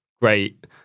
great